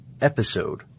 episode